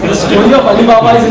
story of alibaba